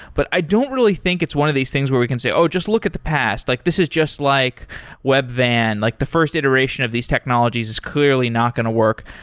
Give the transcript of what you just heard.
but i don't really think it's one of these things where we can say, oh, just look at the past. like this is just like webvan, like the first iteration of these technologies. it's clearly not going to work.